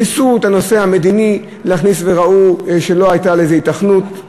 ניסו להכניס את הנושא המדיני וראו שלא הייתה לזה היתכנות,